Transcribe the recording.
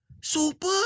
super